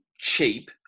cheap